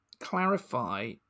clarify